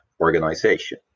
organization